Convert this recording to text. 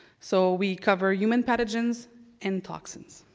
so we cover human pathogens and toxins.